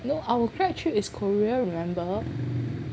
no our grad trip is Korea remember